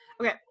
Okay